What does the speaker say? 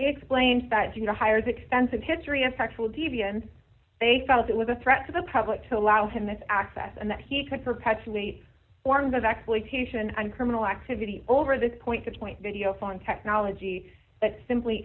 explains that you know hires expensive history and sexual deviance they felt it was a threat to the public to allow him this access and that he could perpetuate forms of exploitation and criminal activity over this point to point videophone technology that simply